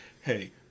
hey